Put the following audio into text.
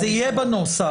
זה יהיה בנוסח.